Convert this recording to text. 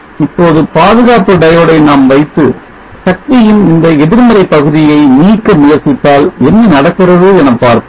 இப்போது பாதுகாப்பு diode ஐ நாம் வைத்து சக்தியின் இந்த எதிர்மறை பகுதியை நீக்க முயற்சித்தால் என்ன நடக்கிறது என பார்ப்போம்